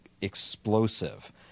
explosive –